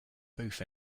booth